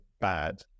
bad